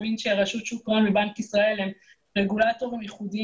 רשות שוק ההון ובנק ישראל הם רגולטורים ייחודיים